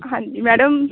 ਹਾਂਜੀ ਮੈਡਮ